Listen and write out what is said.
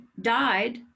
died